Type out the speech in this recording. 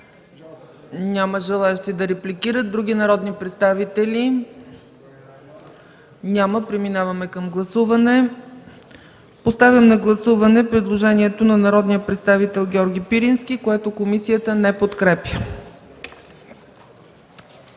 Няма желаещи да репликират. Други народни представители? Няма. Поставям на гласуване предложението на народния представител Георги Пирински, което комисията не подкрепя.